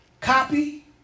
copy